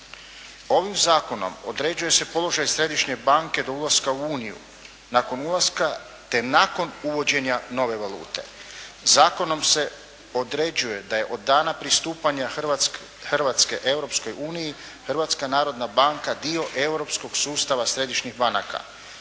Ovim zakonom određuje se položaj središnje banke do ulaska u Uniju, nakon ulaska, te nakon uvođenja nove valute. Zakonom se određuje, da je od dana pristupanja Hrvatske Europskoj uniji, Hrvatska narodna banka dio europskog sustava središnjih banaka.